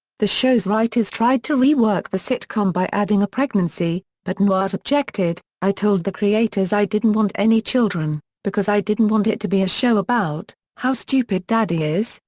the show's writers tried to rework the sitcom by adding a pregnancy, but newhart objected i told the creators i didn't want any children, because i didn't want it to be a show about how stupid daddy is,